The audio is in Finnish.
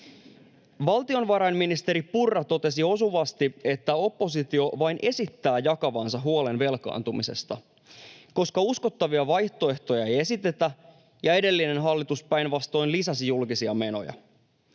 Valtiovarainministeri Purra totesi osuvasti, että oppositio vain esittää jakavansa huolen velkaantumisesta, koska uskottavia vaihtoehtoja ei esitetä ja edellinen hallitus päinvastoin lisäsi julkisia menoja.